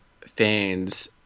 fans